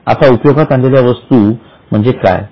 आता उपयोगात आणलेल्या वस्तू म्हणजे काय